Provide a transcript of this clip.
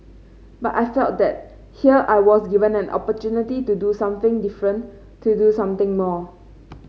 but I felt that here I was given an opportunity to do something different to do something more